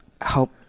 help